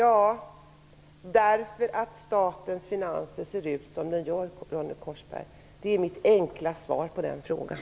Jo, därför att statens finanser ser ut som de gör, Ronny Korsberg. Det är mitt enkla svar på den frågan.